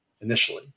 initially